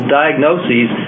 diagnoses